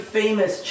famous